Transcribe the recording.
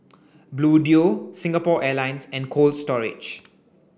Bluedio Singapore Airlines and Cold Storage